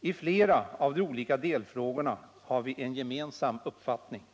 I flera av de olika delfrågorna har vi en gemensam uppfattning.